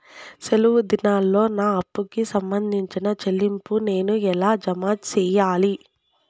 సెలవు దినాల్లో నా అప్పుకి సంబంధించిన చెల్లింపులు నేను ఎలా జామ సెయ్యాలి?